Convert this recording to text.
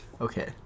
Okay